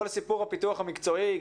כל סיפור הפיתוח המקצועי,